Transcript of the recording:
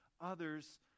others